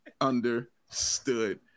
understood